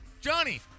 Johnny